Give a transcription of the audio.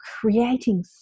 creating